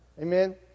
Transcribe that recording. Amen